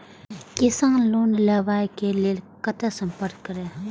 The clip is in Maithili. किसान लोन लेवा के लेल कते संपर्क करें?